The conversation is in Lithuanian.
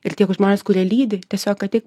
ir tie kur žmonės kurie lydi tiesiog ateik